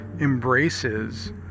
embraces